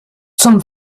zum